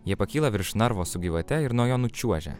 jie pakyla virš narvo su gyvate ir nuo jo nučiuožia